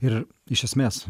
ir iš esmės